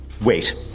Wait